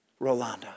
Rolanda